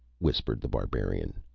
whispered the barbarian.